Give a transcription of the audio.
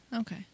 Okay